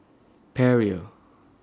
Perrier